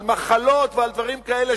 על מחלות ועל דברים כאלה,